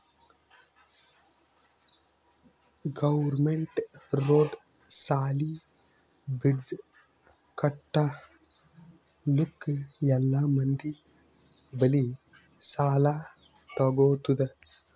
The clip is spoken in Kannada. ಗೌರ್ಮೆಂಟ್ ರೋಡ್, ಸಾಲಿ, ಬ್ರಿಡ್ಜ್ ಕಟ್ಟಲುಕ್ ಎಲ್ಲಾ ಮಂದಿ ಬಲ್ಲಿ ಸಾಲಾ ತಗೊತ್ತುದ್